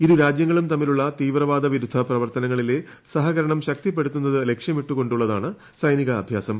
ഇരു രാജ്യങ്ങളും തമ്മിലുള്ള തീവ്രവാദ വിരുദ്ധ പ്രവർത്തനങ്ങളിലെ സഹകരണം ശക്തിപ്പെടുത്തുന്നത് ലക്ഷ്യമിട്ടുകൊണ്ടുള്ളതാണ് സൈനിക അഭ്യാസം